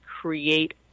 create